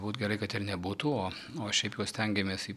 būt gerai kad ir nebūtų o o šiaip jau stengiamės į